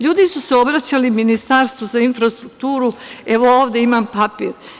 Ljudi su se obraćali Ministarstvu za infrastrukturu, evo ovde imam papir.